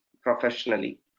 professionally